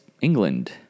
England